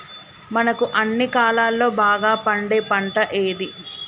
మనకు అన్ని కాలాల్లో బాగా పండే పంట ఏది?